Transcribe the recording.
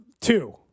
Two